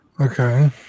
Okay